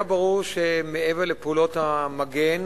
היה ברור שמעבר לפעולות המגן